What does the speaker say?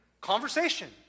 conversation